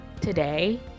today